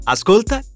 Ascolta